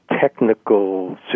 technical